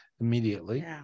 immediately